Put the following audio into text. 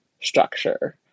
structure